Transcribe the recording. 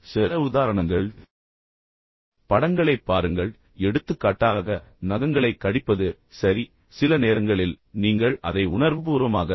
சில உதாரணங்கள் படங்களைப் பாருங்கள் எடுத்துக்காட்டாக நகங்களைக் கடிப்பது சரி சில நேரங்களில் நீங்கள் அதை உணர்வுபூர்வமாக செய்ய மாட்டீர்கள்